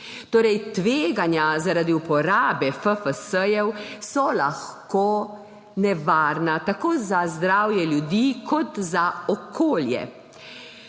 Tveganja zaradi uporabe FFS so lahko nevarna tako za zdravje ljudi kot za okolje.